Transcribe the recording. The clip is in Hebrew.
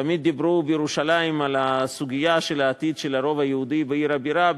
תמיד דיברו בירושלים על הסוגיה של העתיד של הרוב היהודי בעיר הבירה,